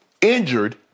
injured